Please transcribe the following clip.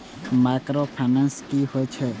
Micro finance कि होई छै?